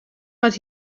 but